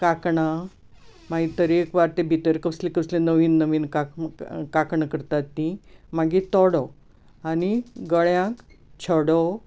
कांकणां मागीर तरेकवार तीं भितर कसलीं कसलीं नवीन नवीन काक काकणां करतात तीं मागीर तोडो आनी गळ्यांत छडो